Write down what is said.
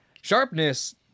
Sharpness